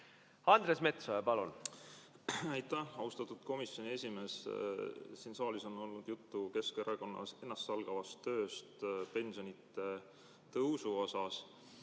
Andres Metsoja, palun! Aitäh! Austatud komisjoni esimees! Siin saalis on olnud juttu Keskerakonna ennastsalgavast tööst pensionide tõusu osas.